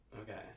Okay